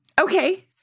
Okay